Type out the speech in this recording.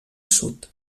sud